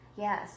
Yes